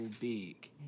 big